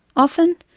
often,